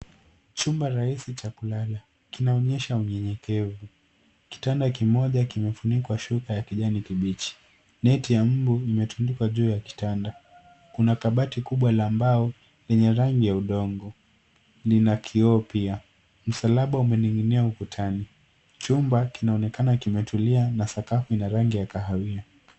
Chumba rahisi cha kulala chenye kinaonyesha unyenyekevu. Kitanda kimewekwa na kufunikwa kwa shuka ya kijani kibichi, juu yake imetundikwa neti ya mbu. Kuna kabati kubwa la mbao lenye rangi ya udongo, na dirisha lenye kioo. Ukutani umening’inia msalaba. Chumba kinaonekana kimetulia, na sakafu yake ina rangi ya kahawia.